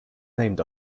named